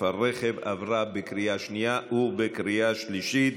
הרכב עברה בקריאה שנייה ובקריאה שלישית.